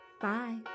Bye